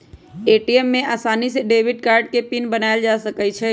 ATM में आसानी से डेबिट कार्ड के पिन बनायल जा सकई छई